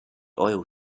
oil